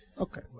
Okay